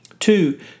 Two